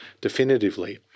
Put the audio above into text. definitively